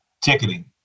Ticketing